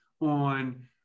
on